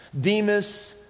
Demas